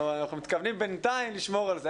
בינתיים אנחנו מתכוונים לשמור על זה.